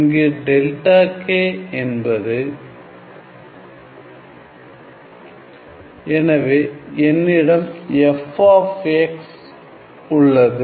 இங்கு delta k என்பது எனவே என்னிடம் f ஆப் x உள்ளது